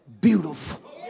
beautiful